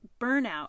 Burnout